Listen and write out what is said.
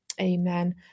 amen